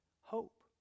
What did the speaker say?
hope